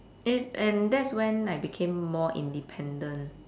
it's and that's when I became more independent